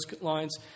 lines